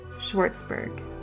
Schwartzberg